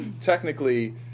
technically